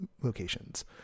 locations